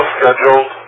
scheduled